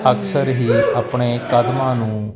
ਅਕਸਰ ਹੀ ਆਪਣੇ ਕਦਮਾਂ ਨੂੰ